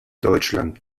deutschland